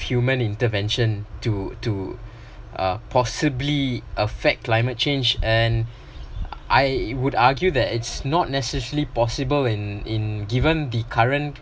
human intervention to to uh possibly affect climate change and I would argue that is not necessary possible in in given the current